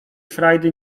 frajdy